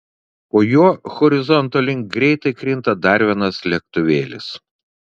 po juo horizonto link greitai krinta dar vienas lėktuvėlis